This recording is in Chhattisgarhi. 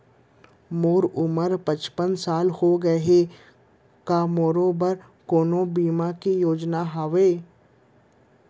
मोर उमर पचपन साल होगे हे, का मोरो बर कोनो बीमा के योजना हावे?